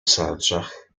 soundtrack